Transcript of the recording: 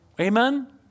Amen